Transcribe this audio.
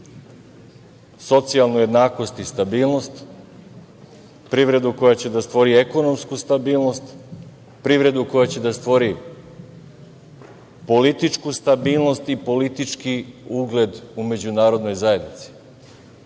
socijalnu jednakost i stabilnost, privredu koja će da stvori ekonomsku stabilnost, privredu koja će da stvori političku stabilnost i politički ugled u međunarodnoj zajednici.